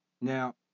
Now